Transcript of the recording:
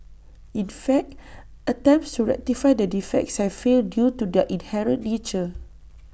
in fact attempts to rectify the defects have failed due to their inherent nature